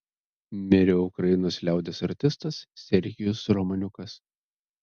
mirė ukrainos liaudies artistas serhijus romaniukas